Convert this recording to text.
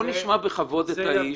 בואו נשמע בכבוד את האיש.